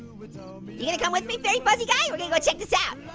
you gonna come with me veryfuzzyguy? we're gonna go check this out.